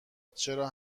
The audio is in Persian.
چرا